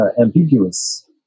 ambiguous